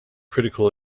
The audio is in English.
critical